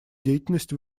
деятельность